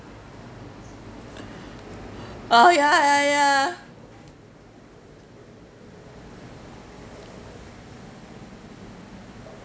oh ya ya ya